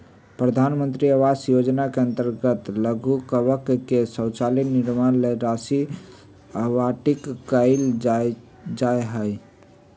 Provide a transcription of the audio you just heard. प्रधान मंत्री आवास योजना के अंतर्गत लाभुकवन के शौचालय निर्माण ला भी राशि आवंटित कइल जाहई